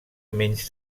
menys